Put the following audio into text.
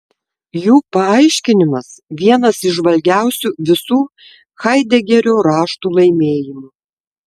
jų paaiškinimas vienas įžvalgiausių visų haidegerio raštų laimėjimų